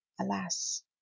alas